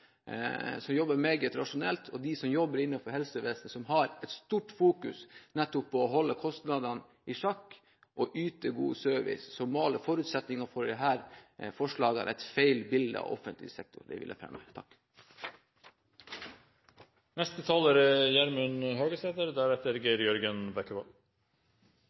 man jobber meget rasjonelt, og hvor man har et stort fokus nettopp på å holde kostnadene i sjakk og yte god service, må alle forutsetningene for dette forslaget gi et feil bilde av offentlig sektor. Det vil jeg framheve. Etter Framstegspartiets syn er